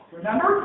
Remember